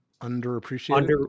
underappreciated